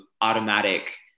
automatic